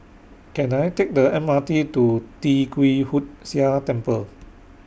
Can I Take The M R T to Tee Kwee Hood Sia Temple